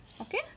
okay